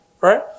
right